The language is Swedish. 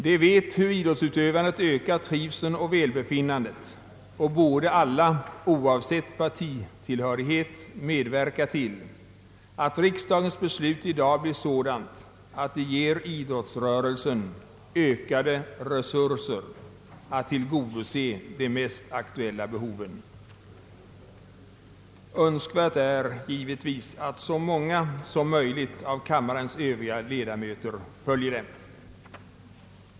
De vet hur idrottsutövandet ökar trivseln och välbefinnandet och borde alla, oavsett partitillhörighet, medverka till att riksdagens beslut i dag blir sådant att det ger idrottsrörelsen ökade resurser för att tillgodose de mest aktuella behoven. Det är givetvis önskvärt att så många som möjligt av kammarens Övriga ledamöter följer dem.